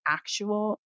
actual